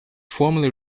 formally